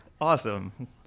awesome